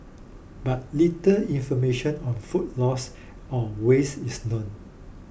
but little information on food loss or waste is known